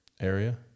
area